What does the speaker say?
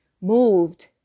moved